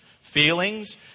feelings